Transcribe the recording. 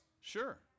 Sure